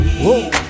Whoa